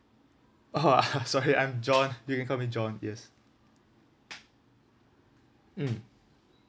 sorry I'm john you can call me john yes mm